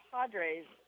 Padres